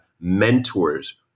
mentors